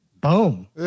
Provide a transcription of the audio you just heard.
Boom